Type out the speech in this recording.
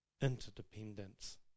interdependence